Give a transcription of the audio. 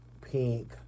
Pink